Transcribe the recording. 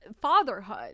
fatherhood